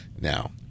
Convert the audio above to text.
Now